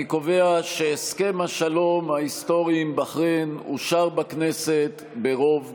אני קובע שהסכם השלום ההיסטורי עם בחריין אושר בכנסת ברוב גדול.